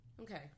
Okay